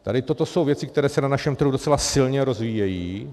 Tady toto jsou věci, které se na našem trhu docela silně rozvíjejí.